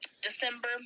December